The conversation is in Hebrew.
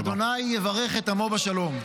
-- ה' יברך את עמו בשלום.